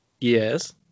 Yes